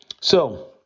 So-